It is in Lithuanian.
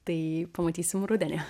tai pamatysim rudenį